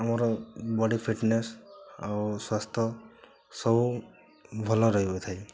ଆମର body fitness ଆଉ ସ୍ୱାସ୍ଥ୍ୟ ସବୁ ଭଲ ରହିବ ଥାଏ